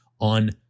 on